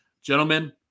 Gentlemen